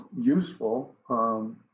useful